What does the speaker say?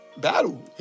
battle